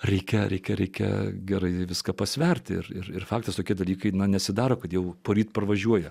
reikia reikia reikia gerai viską pasverti ir ir faktas tokie dalykai nesidaro kad jau poryt parvažiuoja